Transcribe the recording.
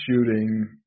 shooting